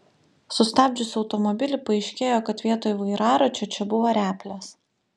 sustabdžius automobilį paaiškėjo kad vietoj vairaračio čia buvo replės